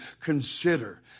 consider